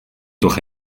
toch